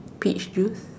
peach juice